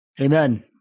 Amen